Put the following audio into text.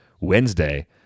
Wednesday